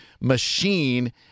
machine